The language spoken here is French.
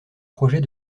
projet